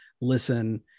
listen